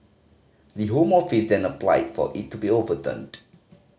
the Home Office then applied for it to be overturned